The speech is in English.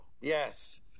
Yes